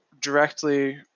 directly